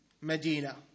Medina